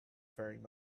faring